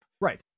right